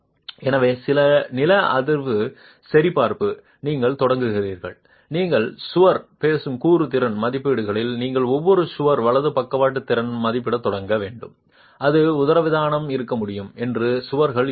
எனவே நில அதிர்வு சரிபார்ப்புக்கு நீங்கள் தொடங்குகிறீர்கள் நீங்கள் சுவர்கள் பேசும் கூறு திறன் மதிப்பிடநீங்கள் ஒவ்வொரு சுவர் வலது பக்கவாட்டு திறன் மதிப்பிடதொடங்க வேண்டும் அது உதரவிதானம் இருக்க முடியும் என்று சுவர்கள் இருக்க முடியும்